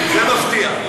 זה מפתיע.